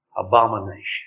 abomination